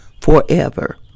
forever